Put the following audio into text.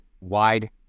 wide